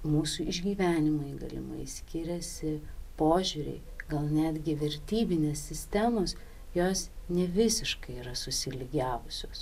mūsų išgyvenimai galimai skiriasi požiūriai gal netgi vertybinės sistemos jos nevisiškai yra susilygiavusios